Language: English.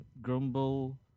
grumble